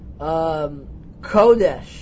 Kodesh